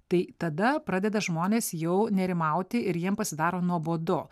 tai tada pradeda žmonės jau nerimauti ir jiem pasidaro nuobodu